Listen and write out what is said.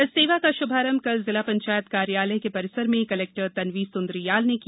इस सेवा का श्भारंभ कल जिला पंचायत कार्यालय के परिसर में कलेक् र तन्वी सुन्द्रियाल ने किया